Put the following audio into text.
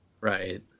right